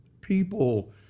people